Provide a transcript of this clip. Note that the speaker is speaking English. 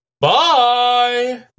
Bye